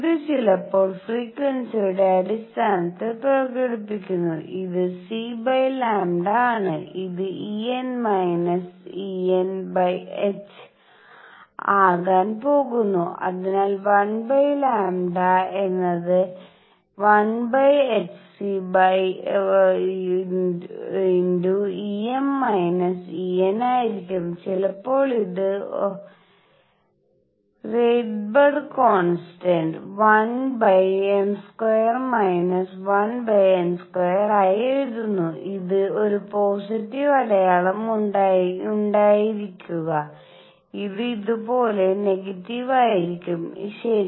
ഇത് ചിലപ്പോൾ ഫ്രീക്വൻസിയുടെ അടിസ്ഥാനത്തിൽ പ്രകടിപ്പിക്കുന്നു ഇത് c λ ആണ് ഇത് h ആകാൻ പോകുന്നു അതിനാൽ 1 λ എന്നത് 1hc E ₘ Eₙ ആയിരിക്കും ചിലപ്പോൾ ഇത് രൈഡ്ബർഗ കോൺസ്റ്റന്റ് 1m² 1n² ആയി എഴുതുന്നു ഇത് ഒരു പോസിറ്റീവ് അടയാളം ഉണ്ടായിരിക്കുക ഇത് ഇതുപോലെ നെഗറ്റീവ് ആയിരിക്കും ശരി